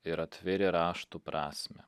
ir atvėrė raštų prasmę